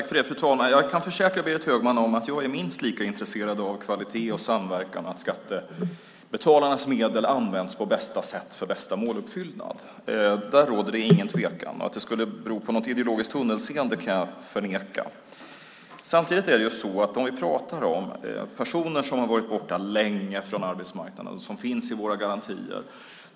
Fru talman! Jag kan försäkra Berit Högman om att jag är minst lika intresserad av kvalitet och samverkan och att skattebetalarnas medel används på bästa sätt för bästa måluppfyllnad. Där råder det ingen tvekan. Att det skulle bero på något ideologiskt tunnelseende kan jag förneka. Samtidigt är det så att vi talar om personer som har varit borta länge från arbetsmarknaden och som finns i våra garantier.